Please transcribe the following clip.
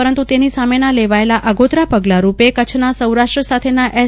પરંત તેની સામેના લેવાયેલા આગોતરા પગલાં રૂપે કચ્છના સૌરાષ્ટ્ર સાથેના એસ